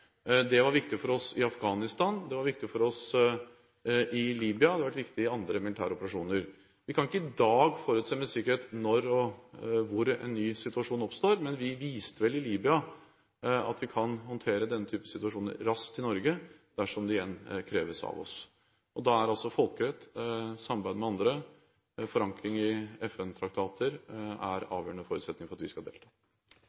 Det var viktig for oss i Afghanistan, det var viktig for oss i Libya, og det har vært viktig for oss i andre militære operasjoner. Vi kan ikke i dag forutse med sikkerhet når og hvor en ny situasjon oppstår, men vi viste vel når det gjelder Libya, at vi kan håndtere denne typen situasjoner raskt i Norge, dersom det igjen kreves av oss. Da er altså folkerett, samarbeid med andre og forankring i